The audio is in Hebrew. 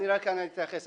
אני רק רוצה להתייחס.